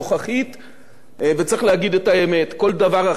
וצריך להגיד את האמת, כל דבר אחר הוא בדיחה.